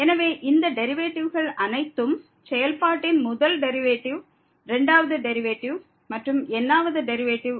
எனவே இந்த டெரிவேட்டிவ்கள் அனைத்தும் செயல்பாட்டின் முதல் டெரிவேட்டிவ் இரண்டாவது டெரிவேட்டிவ் மற்றும் n ஆவது டெரிவேட்டிவ்